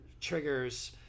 triggers